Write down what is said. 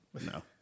No